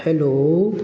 hello